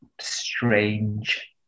strange